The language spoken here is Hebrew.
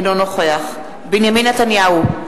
אינו נוכח בנימין נתניהו,